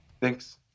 Thanks